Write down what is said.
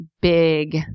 big